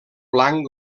blanc